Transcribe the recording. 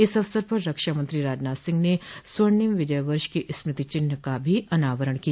इस अवसर पर रक्षा मंत्री राजनाथ सिंह ने स्वर्णिम विजय वर्ष के स्मृति चिन्ह का भी अनावरण किया